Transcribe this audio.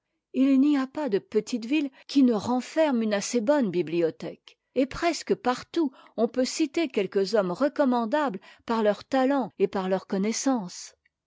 tt n'y a pas de petite ville qui ne renferme une assez bonne t bibliothèque et presque partout on peut citer quelques hommes recommandables par leurs tat lents et par leurs connaissances